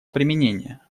применения